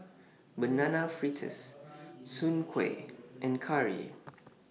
Banana Fritters Soon Kueh and Curry